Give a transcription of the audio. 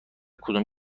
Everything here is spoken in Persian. کدام